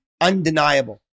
undeniable